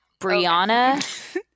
Brianna